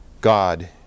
God